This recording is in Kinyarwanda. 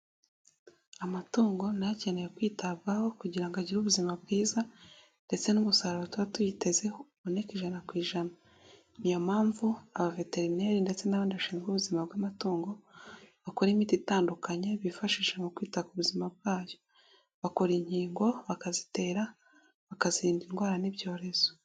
Amatungo nayo akeneye kwitabwaho kugira ngo agire ubuzima bwiza, ndetse n'umusaruro tuba tuyitezeho uboneke ijana ku ijana, niyo mpamvu aba veterineri ndetse n'abandi bashinzwe ubuzima bw'amatungo, bakora imiti itandukanye bifashisha mu kwita ku buzima bwayo, bakora inkingo bakazitera bakazirinda indwara n'ibyorezo.